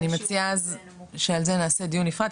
אני מציעה שעל זה נעשה דיון נפרד,